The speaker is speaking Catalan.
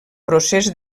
procés